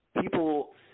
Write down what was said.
people